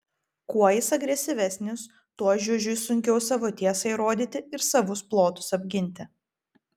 kuo jis agresyvesnis tuo žiužiui sunkiau savo tiesą įrodyti ir savus plotus apginti